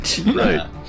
Right